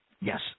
Yes